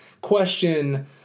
question